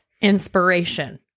inspiration